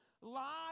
lie